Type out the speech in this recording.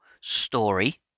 story